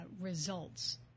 results